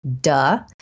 Duh